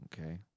Okay